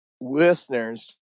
listeners